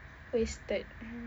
wasted